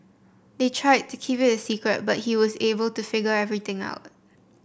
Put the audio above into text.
they tried to keep it a secret but he was able to figure everything out